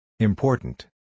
Important